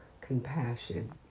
compassion